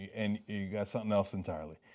and you got something else entirely.